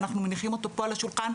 אנחנו מניחים אותו פה על השולחן,